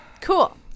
Cool